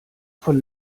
von